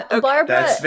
Barbara